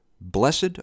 Blessed